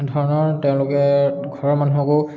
ধৰণৰ তেওঁলোকে ঘৰৰ মানুহকো